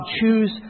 choose